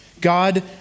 God